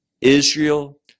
Israel